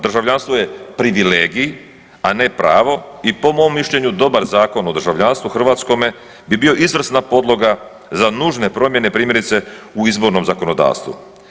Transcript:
Državljanstvo je privilegij, a ne pravo i po mom mišljenju, dobar Zakon o državljanstvu hrvatskome bi bio izvrsna podloga za nužne promjene, primjerice u izbornom zakonodavstvu.